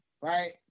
Right